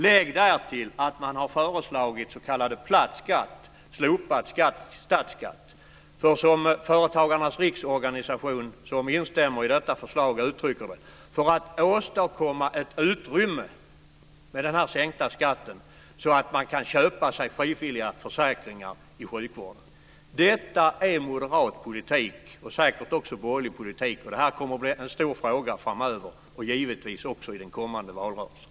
Lägg därtill att man har föreslagit s.k. platt skatt, slopad statsskatt. Detta har gjorts för att man, som Företagarnas Riksorganisation som instämmer i detta förslag uttrycker det, ska åstadkomma ett utrymme med den här sänkta skatten, så att människor kan köpa sig frivilliga försäkringar i sjukvården. Detta är moderat politik och säkert också borgerlig politik. Det här kommer att bli en stor fråga framöver, givetvis också i den kommande valrörelsen.